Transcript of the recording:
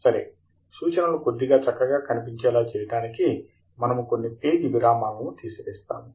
సరే సూచనలు కొద్దిగా చక్కగా కనిపించేలా చేయడానికి మనము కొన్ని పేజీ విరామాల ను తీసివేస్తాము